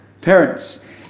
parents